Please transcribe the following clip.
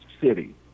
city